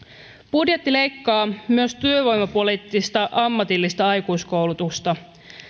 budjetti leikkaa myös työvoimapoliittista ammatillista aikuiskoulutusta